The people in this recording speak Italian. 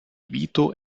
vito